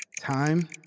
Time